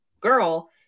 girl